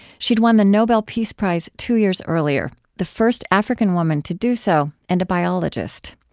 she'd won the nobel peace prize two years earlier the first african woman to do so, and a biologist.